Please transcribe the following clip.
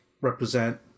represent